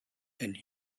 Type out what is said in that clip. and